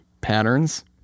patterns